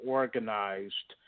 organized